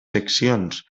seccions